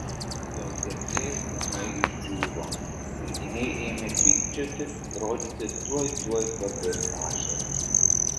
jos gerklė ūmai išdžiūvo smilkiniai ėmė tvinkčioti rodėsi tuoj tuoj pabirs ašaros